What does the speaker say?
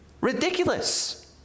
ridiculous